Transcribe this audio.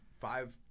Five